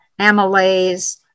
amylase